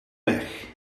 weg